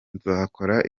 nzakora